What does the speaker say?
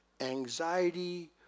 anxiety